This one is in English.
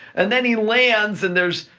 and then he lands and there's